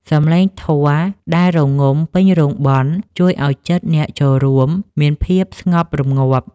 សំឡេងធម៌ដែលរងំពេញរោងបុណ្យ ជួយឱ្យចិត្តអ្នកចូលរួមមានភាពស្ងប់រម្ងាប់។